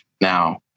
now